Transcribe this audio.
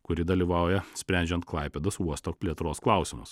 kuri dalyvauja sprendžiant klaipėdos uosto plėtros klausimus